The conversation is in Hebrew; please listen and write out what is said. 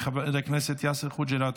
חבר הכנסת יאסר חוג'יראת,